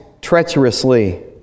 treacherously